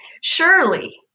surely